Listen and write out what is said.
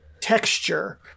texture